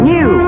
New